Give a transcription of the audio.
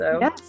Yes